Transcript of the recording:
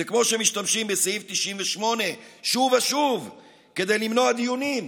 זה כמו שהם משתמשים בסעיף 98 שוב ושוב כדי למנוע דיונים בכנסת.